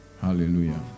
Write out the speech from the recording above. hallelujah